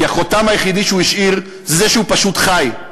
כי החותם היחידי שהוא השאיר זה שהוא פשוט חי.